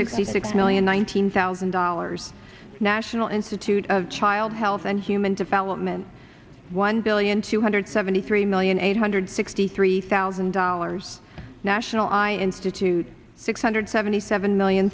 sixty six million one hundred thousand dollars national institute of child health and human development one billion two hundred seventy three million eight hundred sixty three thousand dollars national i institute six hundred seventy seven million